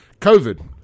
COVID